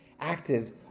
active